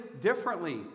differently